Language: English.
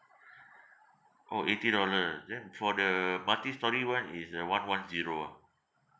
orh eighty dollar then for the multi storey one is uh one one zero ah